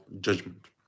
judgment